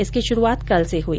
इसकी शुरूआत कल से हुई